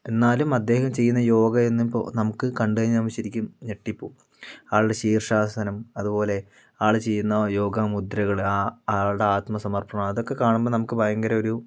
എന്നാലും അദ്ദേഹം ചെയ്യുന്ന യോഗ ഇന്നിപ്പോൾ നമുക്ക് കണ്ടുകഴിഞ്ഞാ നമ്മൾ ശെരിക്കും ഞെട്ടിപ്പോവും ആൾടെ ശീർഷാസനം അതുപോലെ ആള് ചെയ്യുന്ന യോഗ മുദ്രകള് ആൾടെ ആത്മസമർപ്പണം അതൊക്കെ കാണുമ്പോ നമുക്ക് ഭയങ്കര ഒരു